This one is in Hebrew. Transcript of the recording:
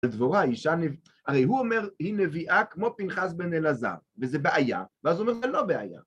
לדבורה, אישה נב... הרי הוא אומר, היא נביאה כמו פנחס בן אלעזר, וזה בעיה, ואז הוא אומר, זה לא בעיה.